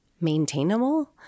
maintainable